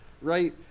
right